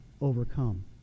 overcome